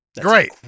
Great